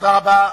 תודה רבה.